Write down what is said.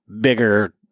bigger